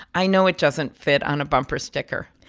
i know it doesn't fit on a bumper sticker.